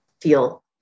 feel